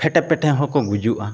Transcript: ᱯᱷᱮᱴᱮ ᱯᱮᱴᱮ ᱦᱚᱸᱠᱚ ᱜᱩᱡᱩᱜᱼᱟ